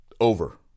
Over